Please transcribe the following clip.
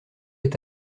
est